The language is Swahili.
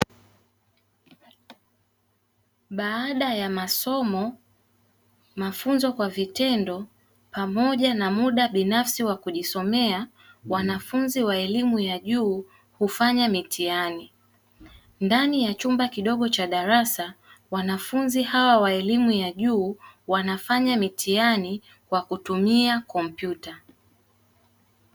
Baada ya masomo mafunzo kwa vitendo pamoja na muda binafasi wa kujisomea wanafunzi wa elimu ya juu hufanya mitihani ndani ya chumba kidogo cha darasa wanafunzi hawa wa elimu ya juu wanafanya mitihani kwa kutumia kompyuta.